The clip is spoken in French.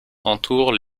entourent